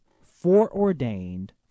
foreordained